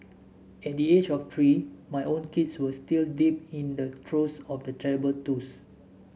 at the age of three my own kids were still deep in the throes of the terrible twos